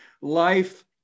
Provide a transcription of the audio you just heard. Life